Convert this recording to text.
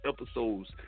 episodes